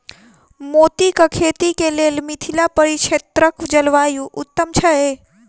मोतीक खेती केँ लेल मिथिला परिक्षेत्रक जलवायु उत्तम छै?